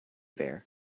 bear